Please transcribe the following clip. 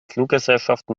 fluggesellschaften